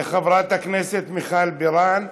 חברת הכנסת מיכל בירן,